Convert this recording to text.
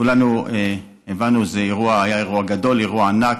כולנו הבנו זה אירוע, היה אירוע גדול, אירוע ענק,